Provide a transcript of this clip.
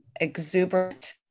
exuberant